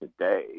today